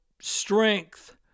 strength